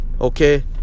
okay